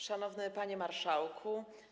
Szanowny Panie Marszałku!